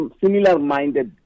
similar-minded